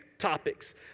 topics